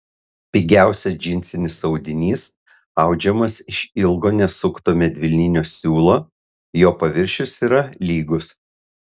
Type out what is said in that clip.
pigiausias džinsinis audinys audžiamas iš ilgo nesukto medvilninio siūlo jo paviršius yra lygus